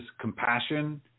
compassion